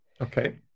Okay